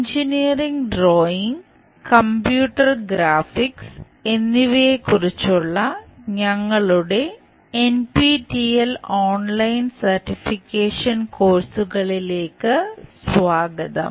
engineering drawing computer graphics എന്നിവയെക്കുറിച്ചുള്ള ഞങ്ങളുടെ NPTEL online certification കോഴ്സുകളിലേക്ക് സ്വാഗതം